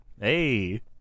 Hey